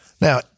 Now